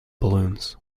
balloons